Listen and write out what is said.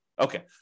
Okay